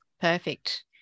Perfect